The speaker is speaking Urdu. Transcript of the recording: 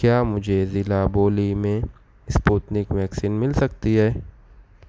کیا مجھے ضلع بولی میں اسپوتنک ویکسین مل سکتی ہے